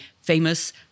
famous